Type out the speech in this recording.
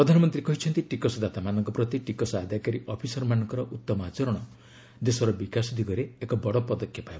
ପ୍ରଧାନମନ୍ତ୍ରୀ କହିଛନ୍ତି ଟିକସଦାତାମାନଙ୍କ ପ୍ରତି ଟିକସ ଆଦାୟକାରୀ ଅଫିସରମାନଙ୍କର ଉତ୍ତମ ଆଚରଣ ଦେଶର ବିକାଶ ଦିଗରେ ଏକ ବଡ଼ ପଦକ୍ଷେପ ହେବ